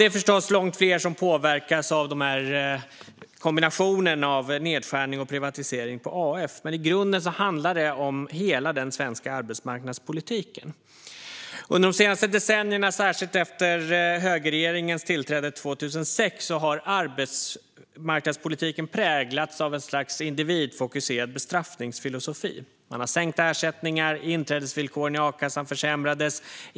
Det är förstås långt fler som påverkas av kombinationen av nedskärning på och privatisering av AF, men i grunden handlar det om hela den svenska arbetsmarknadspolitiken. Under de senaste decennierna, särskilt efter högerregeringens tillträde 2006, har arbetsmarknadspolitiken präglats av ett slags individfokuserad bestraffningsfilosofi. Det är sänkta ersättningar och försämrade inträdesvillkor i a-kassan.